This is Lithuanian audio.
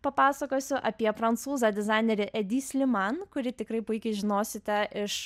papasakosiu apie prancūzą dizainerį edi sliman kuri tikrai puikiai žinosite iš